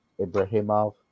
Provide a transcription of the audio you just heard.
Ibrahimov